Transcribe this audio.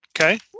Okay